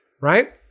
right